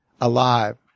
alive